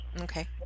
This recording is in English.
Okay